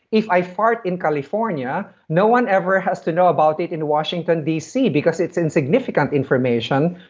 if i fart in california, no one ever has to know about it in washington d c because it's insignificant information.